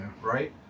Right